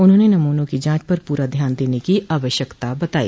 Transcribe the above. उन्होंने नमूनों की जांच पर पूरा ध्यान देने की आवश्यकता बताई